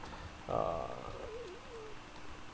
err